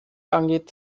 angeht